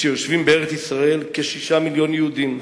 כשיושבים בארץ-ישראל כ-6 מיליוני יהודים,